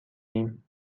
ایم